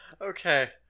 Okay